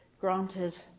granted